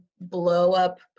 blow-up